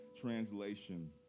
translation